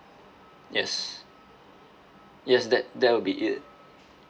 yes yes that that will be it